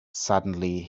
suddenly